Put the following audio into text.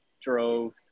drove